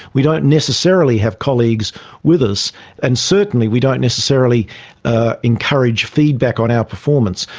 we don't necessarily have colleagues with us and certainly we don't necessarily ah encourage feedback on our performance.